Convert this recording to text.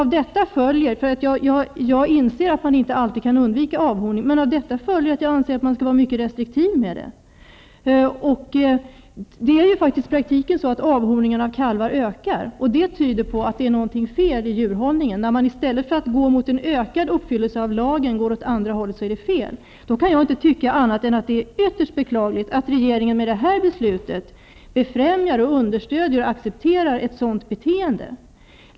Jag inser att man inte alltid kan undvika avhorning, men av det anförda föl jer att jag anser att man skall vara mycket restriktiv med avhorning. I prakti ken ökar faktiskt avhorningen av kalvar, och det tyder på att det är något fel i djurhållningen. I stället för att närma sig en ökad uppfyllelse av lagen går man åt det andra hållet, och det är fel. Då kan jag inte tycka annat än att det är ytterst beklagligt att regeringen med detta beslut accepterar och befräm jar ett sådant beteende.